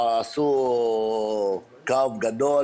עשו קו גדול